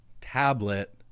tablet